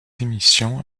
émissions